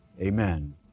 Amen